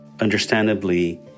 understandably